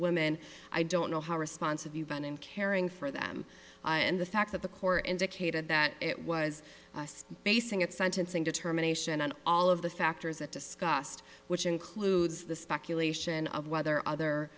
women i don't know how responsive you've been in caring for them and the fact that the corps indicated that it was basing its sentencing determination on all of the factors that discussed which includes the speculation of whether other